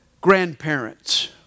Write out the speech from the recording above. Grandparents